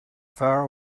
far